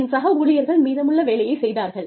என் சக ஊழியர்கள் மீதமுள்ள வேலையைச் செய்தார்கள்